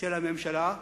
של הממשלה".